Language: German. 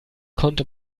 konnte